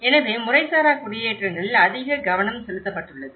எனவே முறைசாரா குடியேற்றங்களில் அதிக கவனம் செலுத்தப்பட்டுள்ளது